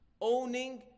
owning